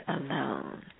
alone